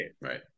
Right